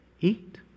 Eat